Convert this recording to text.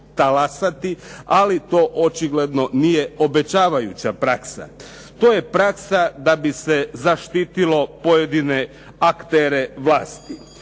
ali to očigledno nije obećavajuća praksa. To je praksa da bi se zaštitilo pojedino aktere vlasti.